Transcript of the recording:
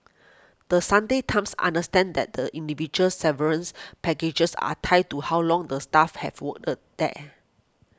The Sunday Times understands that the individual severance packages are tied to how long the staff have worked there